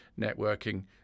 networking